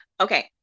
Okay